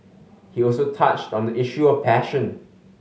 he also touched on the issue of passion